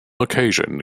occasion